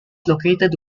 located